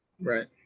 right